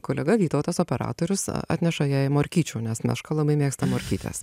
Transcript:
kolega vytautas operatorius atneša jai morkyčių nes meška labai mėgsta morkytes